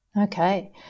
Okay